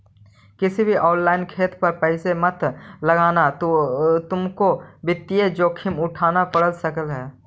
किसी भी ऑनलाइन खेल पर पैसे मत लगाना तुमको वित्तीय जोखिम उठान पड़ सकता है